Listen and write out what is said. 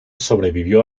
sobrevivió